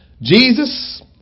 Jesus